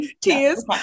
tears